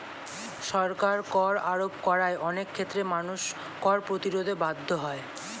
সরকার কর আরোপ করায় অনেক ক্ষেত্রে মানুষ কর প্রতিরোধে বাধ্য হয়